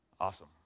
awesome